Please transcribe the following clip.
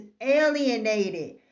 alienated